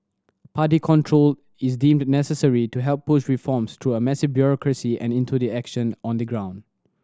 party control is deemed necessary to help push reforms through a massive bureaucracy and into the action on the ground